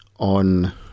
on